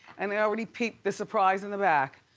and i already peeped the surprise in the back.